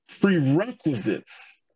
prerequisites